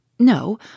No